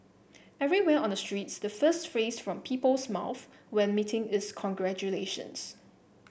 everywhere on the streets the first phrase from people's mouths when meeting is congratulations